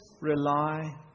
rely